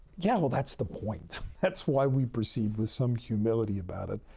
yeah, well, that's the point. that's why we proceed with some humility about it.